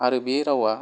आरो बे रावा